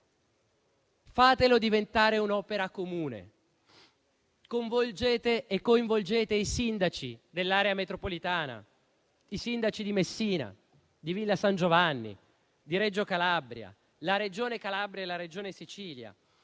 Fate diventare il Ponte un'opera comune; coinvolgete i sindaci dell'area metropolitana, i sindaci di Messina, di Villa San Giovanni, di Reggio Calabria, la Regione Calabria e la Regione Sicilia.